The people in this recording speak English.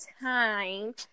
time